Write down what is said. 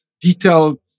detailed